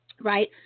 right